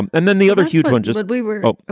and and then the other huge one just like we were. oh,